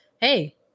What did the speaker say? Hey